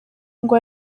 ngo